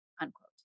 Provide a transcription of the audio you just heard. unquote